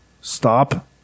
stop